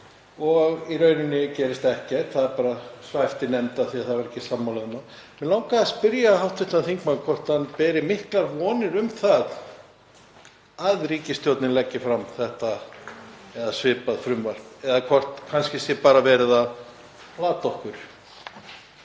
og í rauninni gerist ekkert. Það er bara svæft í nefnd af því að enginn er sammála. Mig langar að spyrja hv. þingmann hvort hann hafi miklar vonir um að ríkisstjórnin leggi fram þetta eða svipað frumvarp eða hvort kannski sé bara verið að plata okkur.